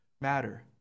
matter